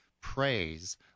praise